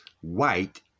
white